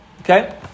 Okay